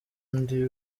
ndi